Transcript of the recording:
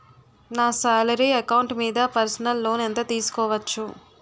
నా salary account మీద personal loan ఎంత తీసుకోవచ్చు?